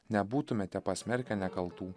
nebūtumėte pasmerkę nekaltų